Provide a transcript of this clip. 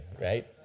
right